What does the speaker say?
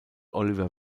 oliver